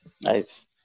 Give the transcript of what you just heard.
Nice